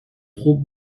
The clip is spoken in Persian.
خوب